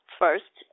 first